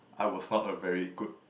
I was not a very good